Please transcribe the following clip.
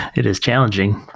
it is challenging.